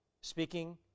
speaking